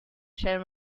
share